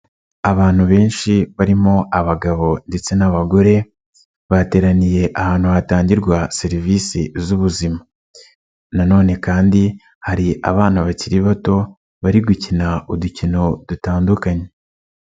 Abantu benshi barimo abagabo ndetse n'abagore bateraniye ahantu hatangirwa serivisi z'ubuzima, nanone kandi hari abana bakiri bato bari gukina udukino dutandukanye.